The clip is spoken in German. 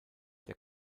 der